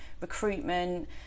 recruitment